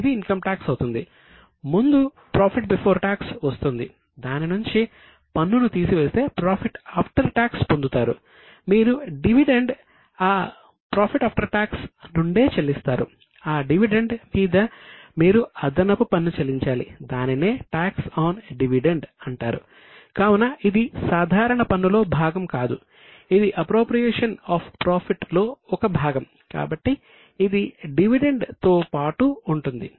ఇది ఇన్కమ్ టాక్స్తో పాటు ఉంటుంది